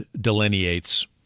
delineates